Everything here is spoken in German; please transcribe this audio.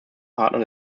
partner